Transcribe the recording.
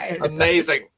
Amazing